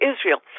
Israel